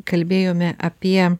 kalbėjome apie